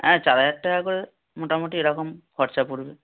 হ্যাঁ চার হাজার টাকা করে মোটামুটি এরকম খরচা পড়বে